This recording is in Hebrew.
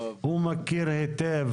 הוא מכיר היטב